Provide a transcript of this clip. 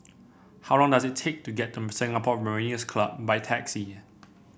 how long does it take to get to Singapore Mariners' Club by taxi